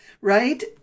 right